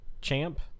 champ